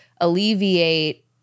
alleviate